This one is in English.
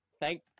Thank